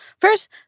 First